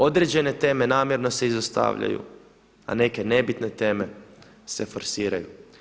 Određene teme namjerno se izostavljaju, a neke nebitne teme se forsiraju.